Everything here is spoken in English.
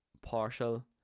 partial